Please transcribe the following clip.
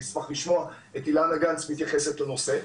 אני אשמח לשמוע את אילנה גנס מתייחסת לנושא.